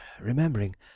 remembering